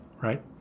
right